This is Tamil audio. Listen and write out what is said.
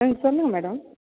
ம் சொல்லுங்கள் மேடம்